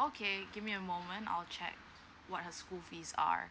okay give me a moment I'll check what her school fees are